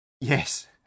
Yes